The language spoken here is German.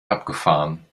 abgefahren